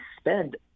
spend